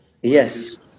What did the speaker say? Yes